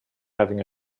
having